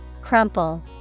Crumple